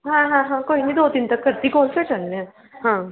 ਹਾਂ ਹਾਂ ਹਾਂ ਕੋਈ ਨਹੀਂ ਦੋ ਦਿਨ ਤੱਕ ਫਿਰ ਚਲਦੇ ਹਾਂ ਹਾਂ